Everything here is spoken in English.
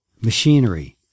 machinery